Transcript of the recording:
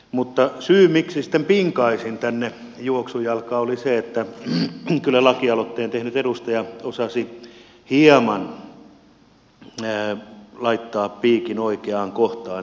mutta syy miksi sitten pinkaisin tänne juoksujalkaa oli se että kyllä lakialoitteen tehnyt edustaja osasi hieman laittaa piikin oikeaan kohtaan